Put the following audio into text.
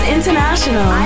International